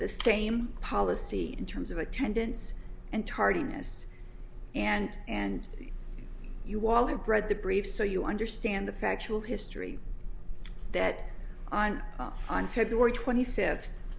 the same policy in terms of attendance and tardiness and and you all have read the briefs so you understand the factual history that i'm on february twenty fifth